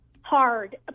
hard